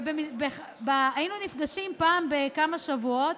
היינו נפגשים פעם בכמה שבועות,